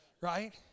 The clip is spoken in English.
right